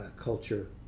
culture